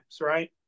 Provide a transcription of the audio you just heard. right